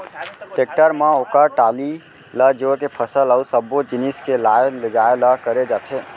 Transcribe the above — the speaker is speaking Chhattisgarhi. टेक्टर म ओकर टाली ल जोर के फसल अउ सब्बो जिनिस के लाय लेजाय ल करे जाथे